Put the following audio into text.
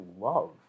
love